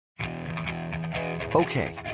Okay